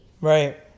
Right